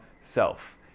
self